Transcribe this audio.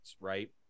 right